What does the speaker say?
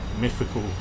mythical